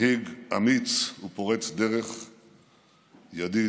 מנהיג אמיץ ופורץ דרך, ידיד,